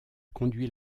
conduit